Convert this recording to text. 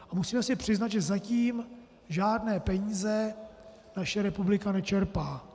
A musíme si přiznat, že zatím žádné peníze naše republika nečerpá.